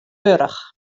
wurdich